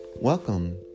Welcome